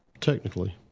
Technically